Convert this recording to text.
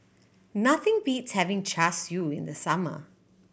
nothing beats having Char Siu in the summer